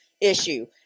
issue